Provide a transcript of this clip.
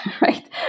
Right